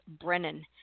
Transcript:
Brennan